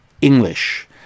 English